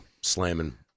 slamming